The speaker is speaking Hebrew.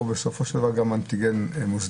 או בסופו של דבר גם אנטיגן מוסדי,